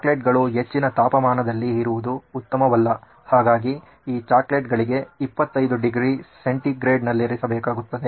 ಚಾಕೊಲೇಟ್ಗಳು ಹೆಚ್ಚಿನ ತಾಪಮಾನದಲ್ಲಿ ಇರುವುದು ಉತ್ತಮವಲ್ಲ ಹಾಗಾಗಿ ಈ ಚಾಕೊಲೇಟುಗಳಿಗೆ 25 ಡಿಗ್ರಿ ಸೆಂಟಿಗ್ರೇಡ್ ನಲ್ಲಿರಿಸಬೇಕಾಗುತ್ತದೆ